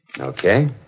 Okay